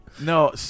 no